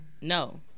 No